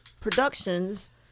Productions